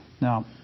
Now